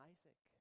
Isaac